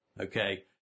okay